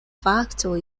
faktoj